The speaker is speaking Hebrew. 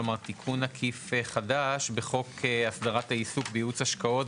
כלומר תיקון עקיף חדש בחוק הסדרת העיסוק בייעוץ השקעות,